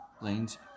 lanes